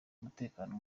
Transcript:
umutekano